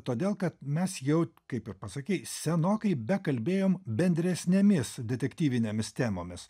todėl kad mes jau kaip ir pasakei senokai bekalbėjom bendresnėmis detektyvinėmis temomis